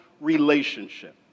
relationship